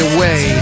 Away